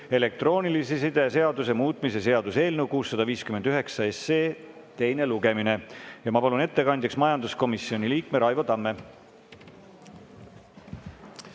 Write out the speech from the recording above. elektroonilise side seaduse muutmise seaduse eelnõu 659 teine lugemine. Ma palun ettekandjaks majanduskomisjoni liikme Raivo Tamme.